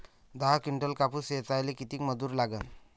दहा किंटल कापूस ऐचायले किती मजूरी लागन?